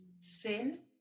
sin